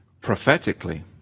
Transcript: prophetically